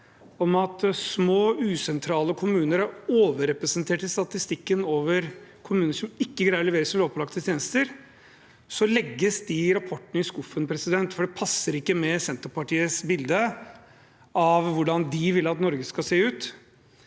om at små og usentrale kommuner er overrepresentert i statistikken over kommuner som ikke greier å levere sine lovpålagte tjenester, legges de rapportene i skuffen, for det passer ikke med Senterpartiets bilde av hvordan de vil at Norge skal se ut.